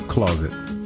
Closets